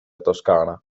toscana